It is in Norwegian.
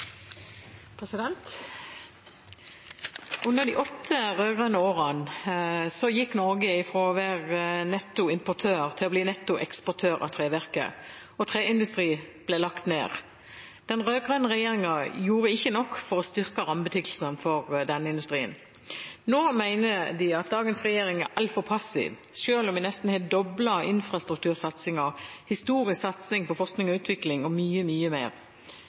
Under de åtte rød-grønne årene gikk Norge fra å være nettoimportør til å bli nettoeksportør av trevirke, og treindustri ble lagt ned. Den rød-grønne regjeringen gjorde ikke nok for å styrke rammebetingelsene for denne industrien. Nå mener de at dagens regjering er altfor passiv, selv om vi nesten har doblet infrastruktursatsingen, har en historisk satsing på forskning og utvikling og mye mer.